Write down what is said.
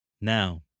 Now